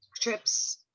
trips